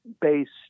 based